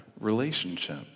relationship